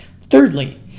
thirdly